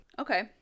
Okay